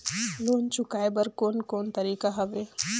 Loan चुकाए बर कोन कोन तरीका हवे?